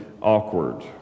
awkward